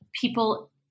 people